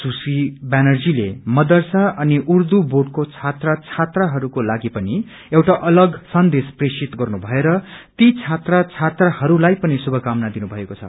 सुश्री ब्यानर्जीले मदरसा अनि उर्दू बोर्डको छात्र छात्राहरूको लागि पनि एउटा अलग संदेश प्रेषित गर्नु भएर ती छात्र छात्राहरूलाई पनि श्रुमकामना दिनु षएको छ